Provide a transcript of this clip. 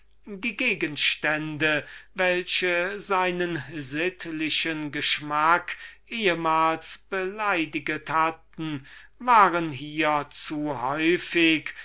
die gegenstände welche seinen sittlichen geschmack ehmals beleidigst hatten waren hier zu häufig